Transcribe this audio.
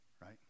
right